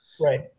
right